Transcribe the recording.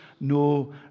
no